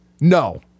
No